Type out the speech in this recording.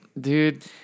Dude